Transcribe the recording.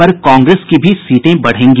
पर कांग्रेस की भी सीटें बढ़ेंगी